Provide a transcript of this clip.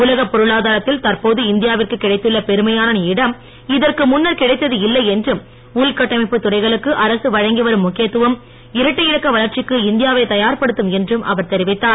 உலகப் பொருளாதாரத்தில் தற்போது இந்தியாவிற்கு கிடைத்துள்ள பெருமையான இடம் இதற்கு முன்னர் கிடைத்தது இல்லை என்றும் உள்கட்டமைப்பு துறைகளுக்கு அரசு வழங்கி வரும் முக்கியத்துவம் இரட்டை இலக்க வளர்ச்சிக்கு இந்தியாவை தயார்ப் படுத்தும் என்றும் அவர் தெரிவித்தார்